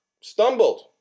stumbled